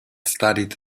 studied